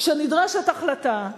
כשנדרשת החלטה,